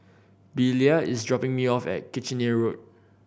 Belia is dropping me off at Kitchener Road